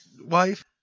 wife